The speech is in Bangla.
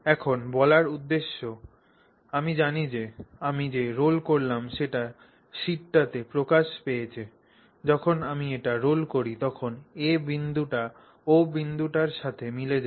এখন বলার উদ্দেশ্য আমি জানি যে আমি যে রোল করলাম সেটা শীটটিতে প্রকাশ পেয়েছে যখন আমি এটি রোল করি তখন A বিন্দুটি O বিন্দুটির সাথে মিলে যায়